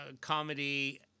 comedy